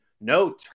No